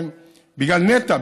בגלל נת"ע,